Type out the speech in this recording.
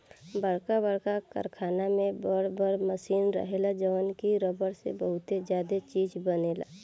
बरका बरका कारखाना में बर बर मशीन रहेला जवन की रबड़ से बहुते ज्यादे चीज बनायेला